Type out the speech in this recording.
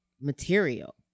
material